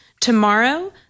Tomorrow